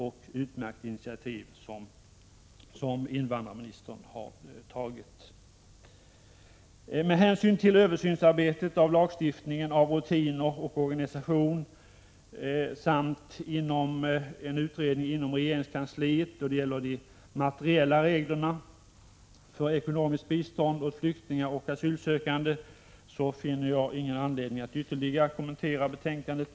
Det är ett viktigt och utmärkt initiativ som invandrarministern har 8 maj 1987 tagit. Med hänsyn till arbetet med översyn av lagstiftningen, av rutiner och organisation samt utredningen inom regeringskansliet då det gäller de materiella reglerna för ekonomiskt bistånd åt flyktingar och asylsökande finner jag inte anledning att ytterligare kommentera betänkandet.